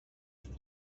است